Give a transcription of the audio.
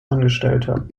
angestellter